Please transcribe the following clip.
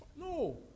No